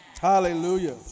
Hallelujah